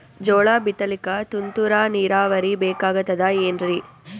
ಜೋಳ ಬಿತಲಿಕ ತುಂತುರ ನೀರಾವರಿ ಬೇಕಾಗತದ ಏನ್ರೀ?